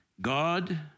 God